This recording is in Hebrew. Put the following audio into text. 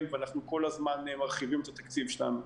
ואנחנו כל הזמן מרחיבים את התקציב שלנו.